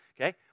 Okay